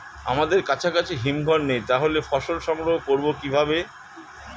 আমাদের কাছাকাছি হিমঘর নেই তাহলে ফসল সংগ্রহ করবো কিভাবে?